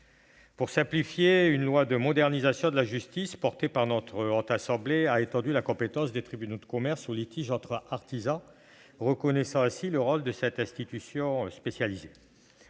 de simplification, une loi de modernisation de la justice soutenue par la Haute Assemblée a étendu la compétence des tribunaux de commerce aux litiges entre artisans, reconnaissant ainsi le rôle de cette institution spécialisée.